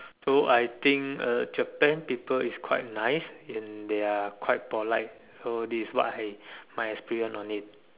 so I think uh Japan people is quite nice in their quite polite so this is what I my experience on it